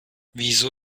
wieso